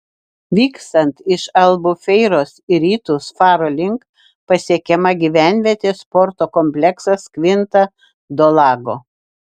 vykstant iš albufeiros į rytus faro link pasiekiama gyvenvietė sporto kompleksas kvinta do lago